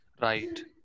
right